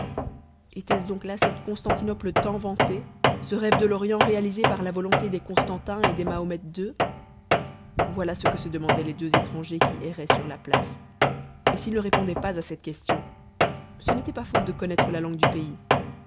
était-ce donc là cette constantinople tant vantée ce rêve de l'orient réalisé par la volonté des constantin et des mahomet ii voilà ce que se demandaient les deux étrangers qui erraient sur la place et s'ils ne répondaient pas à cette question ce n'était pas faute de connaître la langue du pays